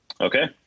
Okay